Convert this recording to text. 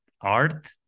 art